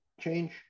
change